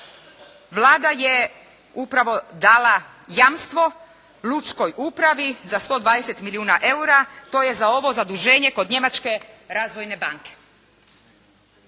Vlada je upravo dala jamstvo lučkoj upravi za 120 milijuna eura to je za ovo zaduženje kod Njemačke razvojne banke.